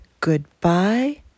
Goodbye